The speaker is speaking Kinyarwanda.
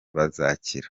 bazakira